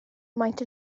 maent